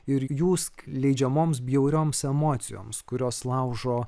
ir jų skleidžiamoms bjaurioms emocijoms kurios laužo